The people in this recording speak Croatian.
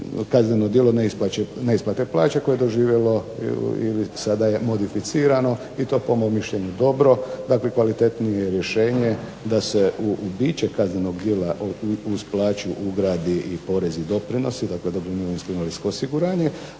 kazneno djelo neisplate plaće koje je doživjelo ili sada je modificirano i to po mom mišljenju dobru. Dakle, kvalitetnije rješenje da se u biće kaznenog djela uz plaću ugrade i porezi i doprinosi, dakle dobrovoljno mirovinsko-invalidsko osiguranje,